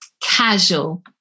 casual